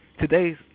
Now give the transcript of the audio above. Today's